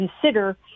consider